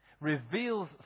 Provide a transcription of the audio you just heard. reveals